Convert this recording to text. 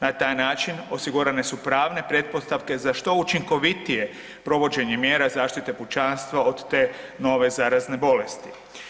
Na taj način osigurane su pravne pretpostavke za što učinkovitije provođenje mjera zaštite pučanstva od te nove zarazne bolesti.